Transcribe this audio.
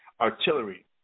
artillery